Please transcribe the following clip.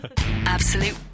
Absolute